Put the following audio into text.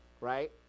right